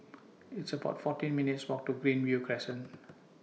It's about fourteen minutes' Walk to Greenview Crescent